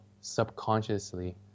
subconsciously